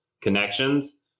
connections